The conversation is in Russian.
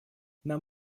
нам